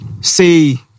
say